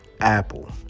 Apple